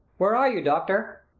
where are you, doctor?